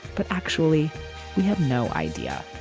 but actually we have no idea.